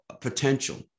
potential